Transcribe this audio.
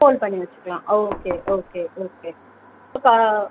store பண்ணி வைச்சுக்கலாம் okay okay okay இப்போ கா